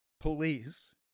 Police